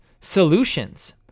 solutions